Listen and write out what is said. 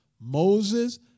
Moses